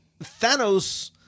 Thanos